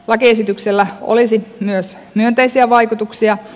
lakiesityksellä olisi myös myönteisiä vaikutuksia